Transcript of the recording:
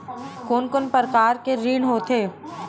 कोन कोन प्रकार के ऋण होथे?